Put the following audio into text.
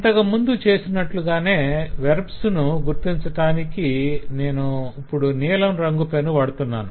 ఇంతకుముందు చేసినట్లుగానే వెర్బ్స్ ను గుర్తించటానికి నేను నీలం రంగు పెన్ వాడుతున్నాను